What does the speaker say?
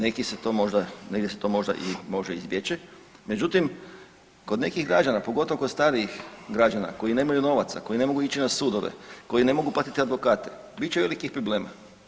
Neki se to možda, negdje se to možda i može izbjeći, međutim, kod nekih građana, pogotovo kod starijih građana koji nemaju novaca, koji ne mogu ići na sudove, koji ne mogu platiti advokate, bit će velikih problema.